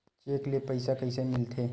Cheque ले पईसा कइसे मिलथे?